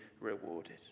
rewarded